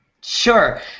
Sure